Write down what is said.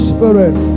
Spirit